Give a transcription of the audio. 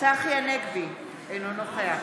צחי הנגבי, אינו נוכח